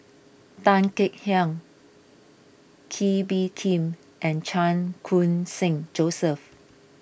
Tan Kek Hiang Kee Bee Khim and Chan Khun Sing Joseph